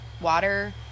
water